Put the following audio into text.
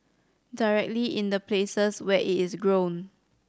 directly in the places where it is grown